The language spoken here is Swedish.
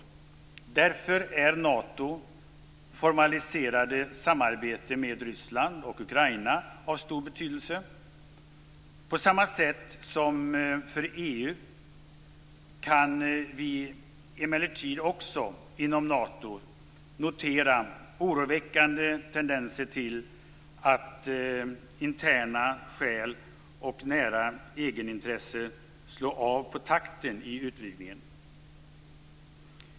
Därför är Ukraina av stor betydelse. På samma sätt som för EU, kan vi emellertid också inom Nato notera oroväckande tendenser till att interna skäl och nära egenintressen innebär att man slår av på takten i utvidgningen.